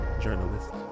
journalist